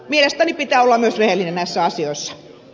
mielestäni pitää olla myös rehellinen näissä asioissa